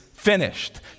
finished